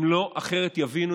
אחרת הם לא יבינו.